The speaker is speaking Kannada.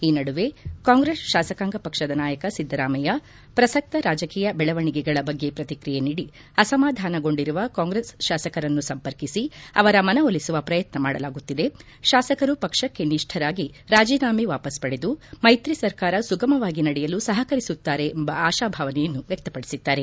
ಈ ನಡುವೆ ಕಾಂಗ್ರೆಸ್ ಶಾಸಕಾಂಗ ಪಕ್ಷದ ನಾಯಕ ಸಿದ್ದರಾಮಯ್ಯ ಪ್ರಸಕ್ತ ರಾಜಕೀಯ ಬೆಳವಣಿಗೆಗಳ ಬಗ್ಗೆ ಪ್ರತಿಕ್ರಿಯೆ ನೀಡಿ ಅಸಮಾಧಾನಗೊಂಡಿರುವ ಕಾಂಗ್ರೆಸ್ ಶಾಸಕರನ್ನು ಸಂಪರ್ಕಿಸಿ ಅವರ ಮನವೊಲಿಸುವ ಪ್ರಯತ್ನ ಮಾಡಲಾಗುತ್ತಿದೆ ಶಾಸಕರು ಪಕ್ಷಕ್ಕೆ ನಿಷ್ಠರಾಗಿ ರಾಜೀನಾಮೆ ವಾಪಸ್ ಪಡೆದು ಮೈತ್ರಿ ಸರ್ಕಾರ ಸುಗಮವಾಗಿ ನಡೆಯಲು ಸಹಕರಿಸುತ್ತಾರೆ ಎಂಬ ಆಶಾ ಭಾವನೆಯನ್ನು ವ್ಯಕ್ತಪಡಿಸಿದ್ದಾರೆ